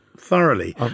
Thoroughly